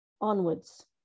onwards